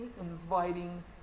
inviting